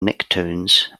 nicktoons